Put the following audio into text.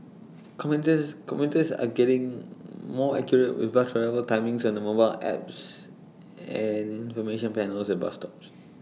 commuters commuters are getting more accurate with bus arrival timings on their mobile apps and information panels at bus stops